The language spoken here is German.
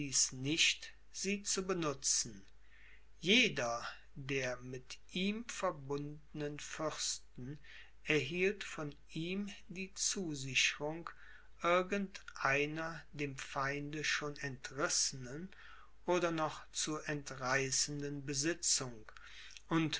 nicht sie zu benutzen jeder der mit ihm verbundenen fürsten erhielt von ihm die zusicherung irgend einer dem feinde schon entrissenen oder noch zu entreißenden besitzung und